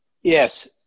Yes